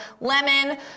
lemon